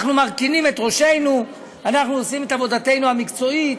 אנחנו מרכינים את ראשנו ואנחנו עושים את עבודתנו המקצועית.